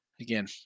Again